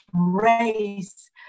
race